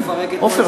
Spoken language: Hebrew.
עמר,